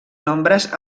nombres